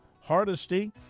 Hardesty